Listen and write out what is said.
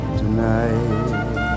tonight